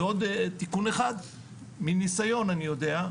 ועוד תיקון אחד מנסיון אני יודע,